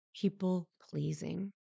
people-pleasing